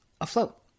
afloat